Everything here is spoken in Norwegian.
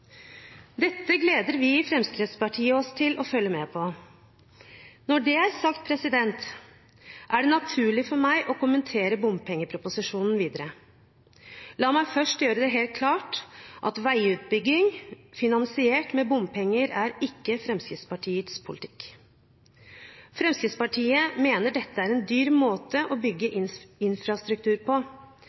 Dette gleder vi i Fremskrittspartiet oss til å følge med på. Når det er sagt, er det naturlig for meg å kommentere bompengeproposisjonen videre. La meg først gjøre det helt klart at veiutbygging finansiert med bompenger ikke er Fremskrittspartiets politikk. Fremskrittspartiet mener dette er en dyr måte å bygge infrastruktur på.